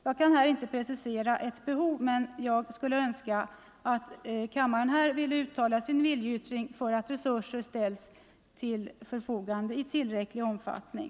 Jag kan här inte precisera ett exakt resursbehov, men jag skulle önska att riksdagen ville ge till känna en viljeyttring för att resurser ställs till förfogande i tillräcklig omfattning.